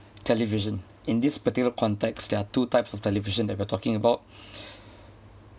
television in this particular context there are two types of television that we're talking about